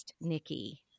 Nikki